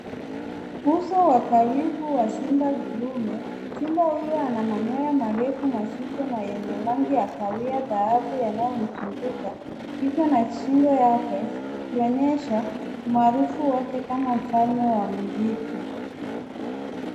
Uso wa karibu wa simba ndume. Simba huyo na manyoya marefu mazito na yenye rangi ya kahawia dhahabu yanayomzunguka kicha na shingo yake zikionyesha umaarufu wake kama mfalme wa misitu.